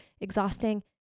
Exhausting